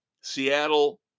Seattle